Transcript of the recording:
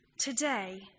Today